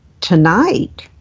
tonight